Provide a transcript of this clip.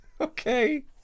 okay